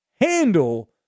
handle